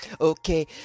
Okay